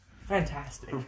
fantastic